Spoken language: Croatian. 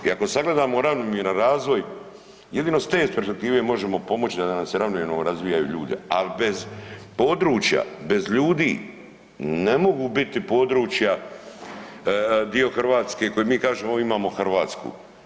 I ako sagledamo ravnomjeran razvoj, jedino iz te perspektive možemo pomoći da nam se ravnomjerno razvijaju ljude, ali bez područja, bez ljudi ne mogu biti područja dio Hrvatske koji mi kažemo, evo imamo Hrvatsku.